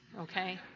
okay